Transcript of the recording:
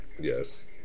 Yes